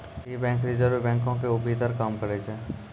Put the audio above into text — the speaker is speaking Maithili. इ बैंक रिजर्व बैंको के भीतर काम करै छै